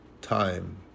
time